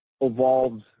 evolved